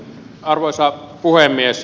arvoisa puhemies